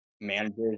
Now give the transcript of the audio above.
managers